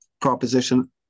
proposition